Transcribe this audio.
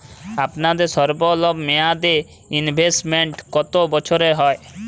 আপনাদের স্বল্পমেয়াদে ইনভেস্টমেন্ট কতো বছরের হয়?